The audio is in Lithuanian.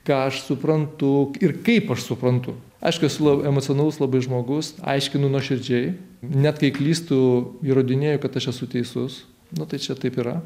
ką aš suprantu ir kaip aš suprantu aš esu emocionalus labai žmogus aiškinu nuoširdžiai net kai klystu įrodinėju kad aš esu teisus na tai čia taip yra